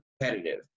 competitive